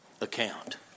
account